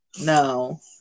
No